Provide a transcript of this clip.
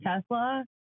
Tesla